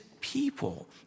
people